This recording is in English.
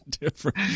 different